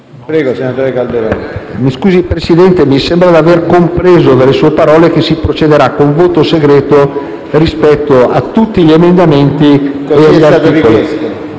*relatore*. Signor Presidente, mi sembra di aver compreso, dalle sue parole, che si procederà con voto segreto rispetto a tutti gli emendamenti e agli articoli.